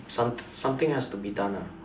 some something has to be done ah